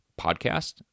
podcast